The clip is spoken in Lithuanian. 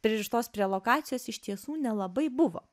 pririštos prie lokacijos iš tiesų nelabai buvo